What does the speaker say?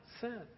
sin